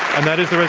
and that is the